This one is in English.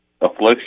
affliction